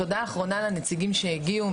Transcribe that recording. תודה אחרונה לנציגים שהגיעו,